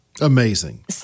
Amazing